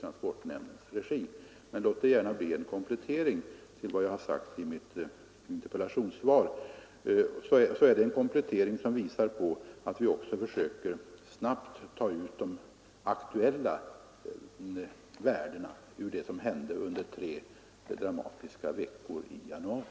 Jag har nu velat göra denna komplettering, som alltså visar att vi snabbt försöker utvärdera vad som hände under tre dramatiska veckor i januari.